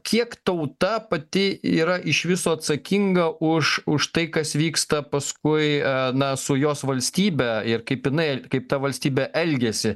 kiek tauta pati yra iš viso atsakinga už už tai kas vyksta paskui na su jos valstybe ir kaip jinai kaip ta valstybė elgiasi